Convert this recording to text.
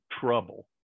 trouble